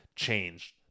changed